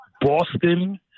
Boston